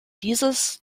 dieses